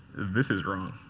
this is wrong.